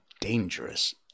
dangerous